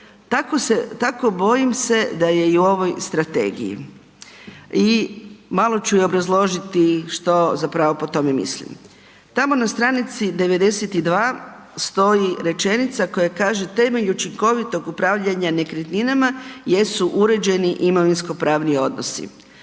tako bojim se da je i u ovoj strategiji. I malo ću i obrazložiti što zapravo po tome mislim. Tamo na stranici 92 stoji rečenica koja kaže temelj učinkovitog upravljanja nekretninama jesu uređeni imovinsko pravni odnosi.